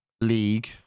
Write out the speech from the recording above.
league